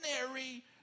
ordinary